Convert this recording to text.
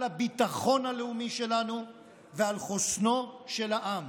על הביטחון הלאומי שלנו, ועל חוסנו של העם.